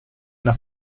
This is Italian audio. una